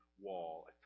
wall